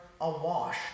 awash